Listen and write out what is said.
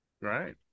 Right